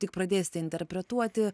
tik pradėsite interpretuoti